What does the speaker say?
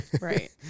Right